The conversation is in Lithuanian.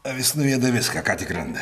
avis nuėda viską ką tik randa